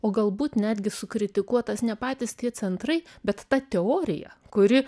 o galbūt netgi sukritikuotas ne patys tie centrai bet ta teorija kuri